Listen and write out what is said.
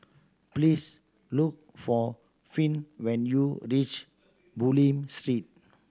please look for Finn when you reach Bulim Street